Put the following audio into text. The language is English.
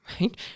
right